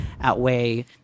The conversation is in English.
outweigh